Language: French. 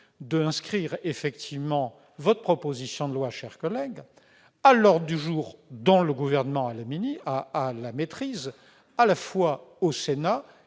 d'inscrire votre proposition de loi, cher collègue, à l'ordre du jour, dont le Gouvernement a la maîtrise, à la fois au Sénat